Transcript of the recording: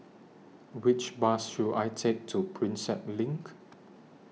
Which Bus should I Take to Prinsep LINK